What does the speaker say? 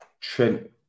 Trent